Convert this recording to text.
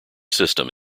system